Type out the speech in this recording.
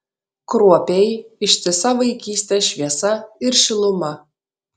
kruopiai ištisa vaikystės šviesa ir šiluma